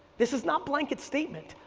this is not blanket statement.